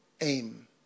aim